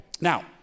Now